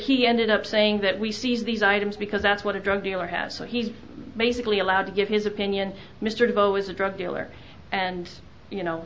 he ended up saying that we seize these items because that's what a drug dealer has so he's basically allowed to give his opinion mr ball was a drug dealer and you know